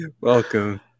Welcome